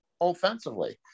offensively